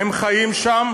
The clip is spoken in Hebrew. הם חיים שם,